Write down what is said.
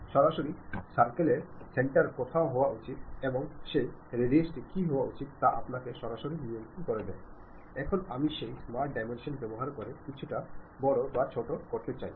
അവിടെ വ്യത്യസ്ത അഭിരുചികൾ വിശ്വാസങ്ങൾ മതങ്ങൾ ഇഷ് ടങ്ങൾ അനിഷ് ടങ്ങൾ എന്നീ വിവിധതരത്തിലുള്ളവരുടെ ഒത്തുചേരുന്ന ഒരു വേദിയായിരിക്കാം